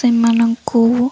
ସେମାନଙ୍କୁ